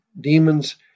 demons